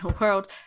world